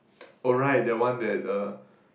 oh right that one that uh